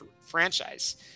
franchise